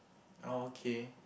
okay